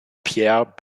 pierre